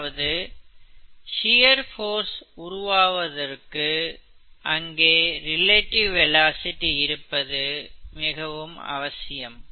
அதாவது shear force உருவாகுவதற்கு அங்கே ரிலேடிவ் வெலாசிட்டி இருப்பது அவசியம்